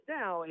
now